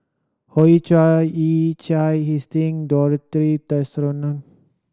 Hoey Choo Yee Chia Dorothy